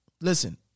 listen